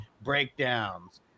breakdowns